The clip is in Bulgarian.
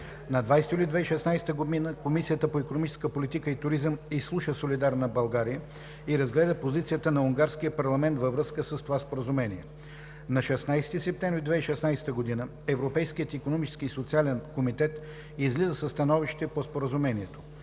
На 20 юли 2016 г. Комисията по икономическа политика и туризъм изслуша „Солидарна България“ и разгледа позицията на унгарския парламент във връзка с това споразумение. На 16 септември 2016 г. Европейският икономически и социален комитет излиза със становище по Споразумението.